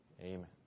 amen